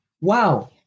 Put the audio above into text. Wow